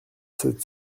sept